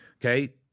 okay